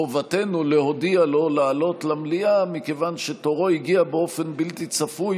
חובתנו להודיע לו לעלות למליאה מכיוון שתורו הגיע באופן בלתי צפוי,